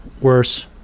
worse